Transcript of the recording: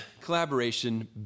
collaboration